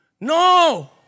no